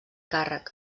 càrrec